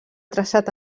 traçat